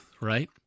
right